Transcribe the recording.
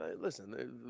Listen